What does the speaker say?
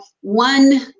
one